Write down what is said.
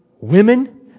women